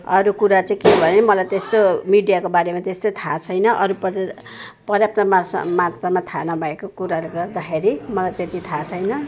अरू कुरा चाहिँ के भने मलाई त्यस्तो मिडियाको बारेमा त्यस्तो थाहा छैन अरू प्र्र पर्याप्त मात्रा मात्रमा थाहा नभएको कुराले गर्दाखेरि मलाई त्यति थाहा छैन